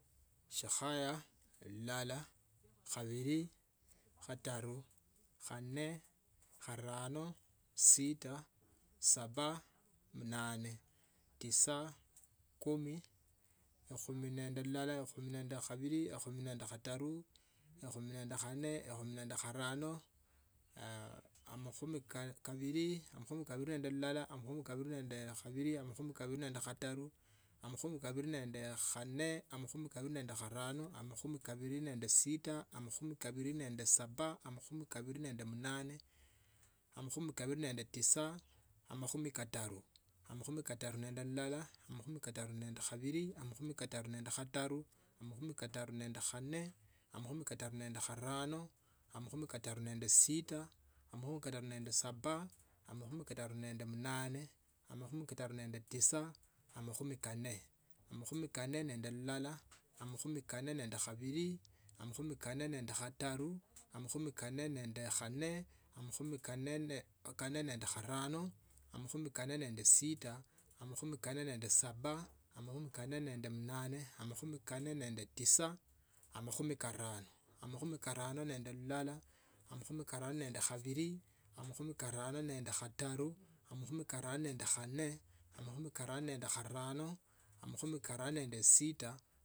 Eshikhaya lulala. khabili. khatanu, khame. khorano. sita. saba. mnane. Tisa. kumi. khumi. nende lulala. khumi nende khabili. khumi nende khataru ekhumi nende khame. ekhumi nende kharamo. ekhumi nende sita. ekhumi nende saba, ekhumi nende mnane ekhumi nende tisa makhumi kabili. makhumi kabili nende lulala. makhumi kabili nende khabili. makhumi makhumi kabili nende khataru. makhumi kabili nende khanne makhumi kabili nende kharano. makhumi kabili nende sita. makhumi kabili nende saba. makhumi kabili nende mnane. makhumi kabili nende tisa. amakhumi kataru. amakhumi kataru nende lulala. amakhumi kataru nende khabili. amakhumi kataru nense khataru. amakhumi kataru nende khanne. amakhumi kataru nende chirano. amakhumi kataru nende nende sita. amakhumi kataru nende saba, amakhumi kataru nende mnane, amakhumi kataru nende tisa, amakhumi kanne. Amakhumi kanne nende lulala. amakhumi kanne nende khabili. amakhumi kanne nende kataru. amakhumi kanne nende khanne. amakhumi kanne nende kharano. amakhumi kanne nende sita. amakhumi kanne nende saba, amakhumi kanne nende mnane. amakuhmi kanne nende tisa, amakhumi kharano, amakhumi karano nende lulala amakhumi karano nende khabili. amakhumi karano nende khatani. amakhumi karano nende khanne, amakuhmi karano nende kharano, amakuhmi kharano nende sita.